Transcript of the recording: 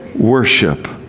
worship